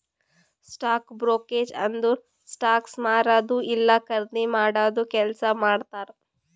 stock brokerage ಅಂದುರ್ stocks ಮಾರದು ಇಲ್ಲಾ ಖರ್ದಿ ಮಾಡಾದು ಕೆಲ್ಸಾ ಮಾಡ್ತಾರ್